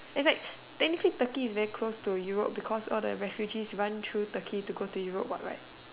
that's right technically Turkey is very close to Europe because all the refugees run through turkey to go to Europe right